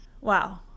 Wow